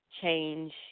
change